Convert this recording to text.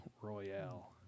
royale